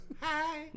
Hi